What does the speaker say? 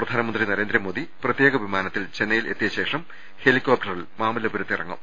പ്രധാനമന്ത്രി നരേന്ദ്രമോദി പ്രത്യേക വിമാ നത്തിൽ ചെന്നൈയിലെത്തിയ ശേഷം ഹെലിക്കോപ്റ്ററിൽ മാമല്ലപു രത്ത് ഇറങ്ങും